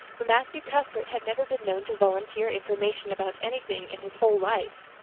for matthew cuthbert had never been known to volunteer information about anything in his whole life.